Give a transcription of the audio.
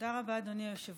תודה רבה, אדוני היושב-ראש.